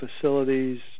facilities